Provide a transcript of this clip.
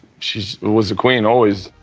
she was the queen always.